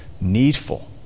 needful